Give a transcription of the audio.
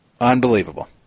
unbelievable